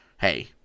hey